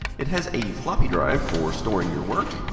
it has a floppy drive for storing your work.